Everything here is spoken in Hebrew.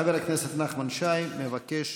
בבקשה, חבר הכנסת נחמן שי מבקש